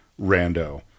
rando